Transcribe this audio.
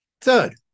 Third